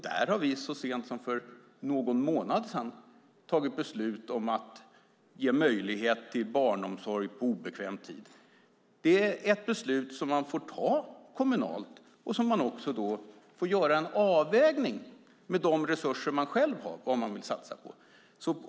Där har vi så sent som för någon månad sedan fattat beslut om att ge möjlighet till barnomsorg på obekväm tid. Det är ett beslut som man får fatta på kommunal nivå och då göra en avvägning av de resurser som finns och vad man vill satsa på.